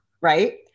right